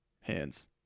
hands